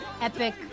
epic